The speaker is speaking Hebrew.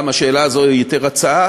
גם השאלה הזו היא יותר הצעה.